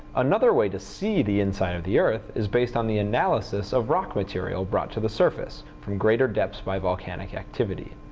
another way to see the inside of the earth is based on the analysis of rock material brought to the surface from greater depths by volcanic activity.